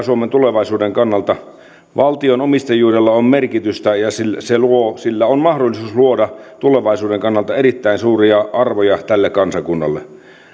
suomen tulevaisuuden kannalta valtion omistajuudella on merkitystä ja sillä on mahdollisuus luoda tulevaisuuden kannalta erittäin suuria arvoja tälle kansakunnalle